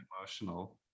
emotional